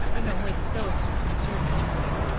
you know, where the stoics are concerned anyway,